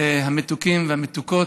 המתוקים והמתוקות,